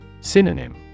Synonym